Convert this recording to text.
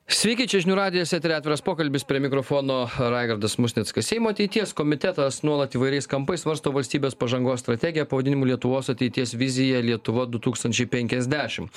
sveiki čia žinių radijas eteryje atviras pokalbis prie mikrofono raigardas musnickas seimo ateities komitetas nuolat įvairiais kampais svarsto valstybės pažangos strategiją pavadinimu lietuvos ateities vizija lietuva du tūkstančiai penkiasdešim